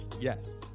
Yes